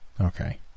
Okay